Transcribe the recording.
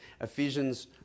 Ephesians